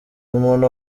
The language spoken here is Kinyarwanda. umuntu